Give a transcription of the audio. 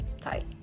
Tight